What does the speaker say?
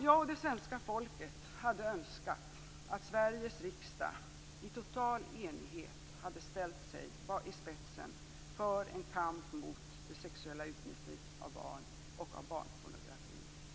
Jag och det svenska folket hade önskat att Sveriges riksdag i total enighet hade ställt sig i spetsen för en kamp mot det sexuella utnyttjandet av barn och av barnpornografi.